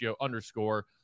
underscore